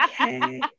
Okay